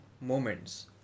moments